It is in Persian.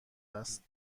است